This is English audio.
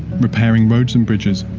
repairing roads and bridges,